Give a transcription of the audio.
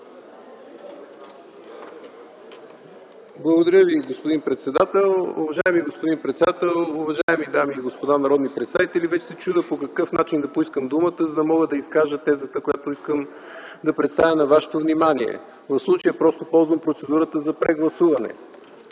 Благодаря Ви, господин председател. Уважаеми господин председател, уважаеми дами и господа народни представители, вече се чудя по какъв начин да поискам думата, за да мога да изкажа тезата, която искам да представя на вашето внимание. В случая просто ползвам процедурата за прегласуване.